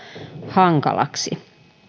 hankalaksi